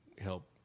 help